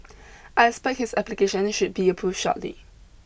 I expect his application should be approved shortly